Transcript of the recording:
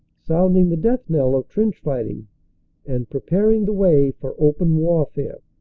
sounding the death knell of trench fighting and preparing the way for open warfare.